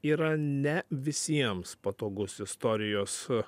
yra ne visiems patogus istorijos